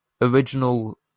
original